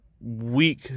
weak